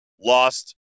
lost